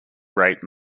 rate